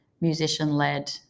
musician-led